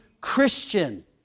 Christian